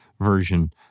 version